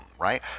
Right